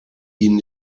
ihnen